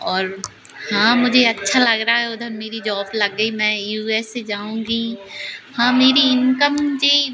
और हाँ मुझे अच्छा लग रहा है उधर मेरी जॉब लग गई मैं यू एस ए जाऊँगी हाँ मेरी इन्कम जे